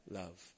love